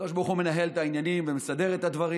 הקדוש ברוך הוא מנהל את העניינים ומסדר את הדברים.